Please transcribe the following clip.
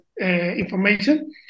information